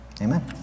Amen